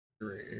three